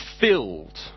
filled